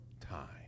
time